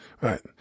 Right